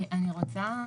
אני רוצה,